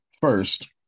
First